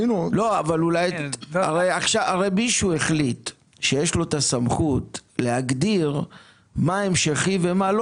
מישהו החליט שיש לו את הסמכות להגדיר מה המשכי ומה לא